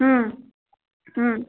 ହୁଁ ହୁଁ